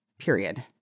period